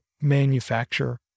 manufacture